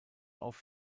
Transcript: auf